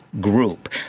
Group